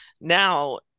now